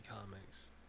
Comics